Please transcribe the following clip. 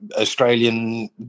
Australian